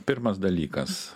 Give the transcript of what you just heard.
pirmas dalykas